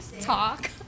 talk